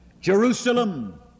Jerusalem